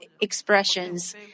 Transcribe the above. expressions